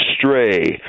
stray